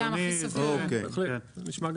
למעשה,